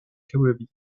caribbean